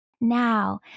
Now